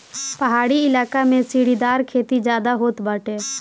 पहाड़ी इलाका में सीढ़ीदार खेती ज्यादा होत बाटे